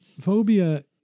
phobia